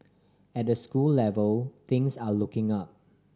at the school level things are looking up